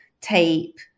tape